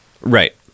Right